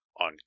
on